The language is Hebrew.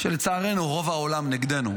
כשלצערנו רוב העולם נגדנו.